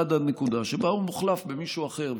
עד הנקודה שבה הוא מוחלף במישהו אחר,